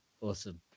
Awesome